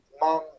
mom